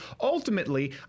ultimately